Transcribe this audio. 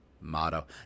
motto